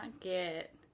get